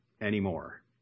anymore